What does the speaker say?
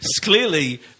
clearly